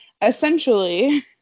Essentially